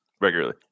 regularly